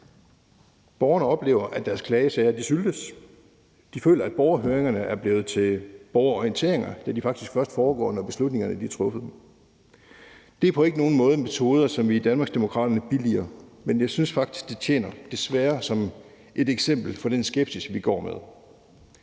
Borgerne oplever, at deres klagesager syltes. De føler, at borgerhøringerne er blevet til borgerorienteringer, da de faktisk først foregår, når beslutningerne er truffet. Det er på ingen måde metoder, som vi i Danmarksdemokraterne billiger, men jeg synes faktisk desværre, det tjener som et eksempel på den skepsis, vi går med.